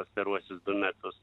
pastaruosius du metus